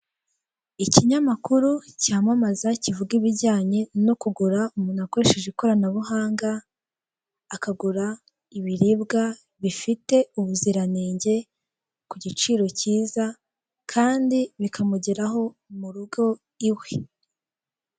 Ikinyamakuru cyamamaza kivuga ibijyanye no kugura umuntu akoresheje ikoranabuhanga, akagura ibiribwa, bifite ubuziranenge ku giciro cyiza kandi bikamugeraho mu rugo iwe.